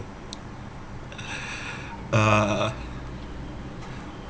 uh